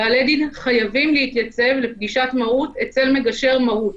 בעלי דין חייבים להתייצב לפגישת מהו"ת אצל מגשר מהו"ת.